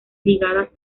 ligadas